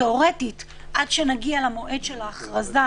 תיאורטית עד שנגיע למועד של ההכרזה,